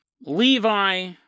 Levi